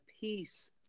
peace